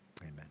Amen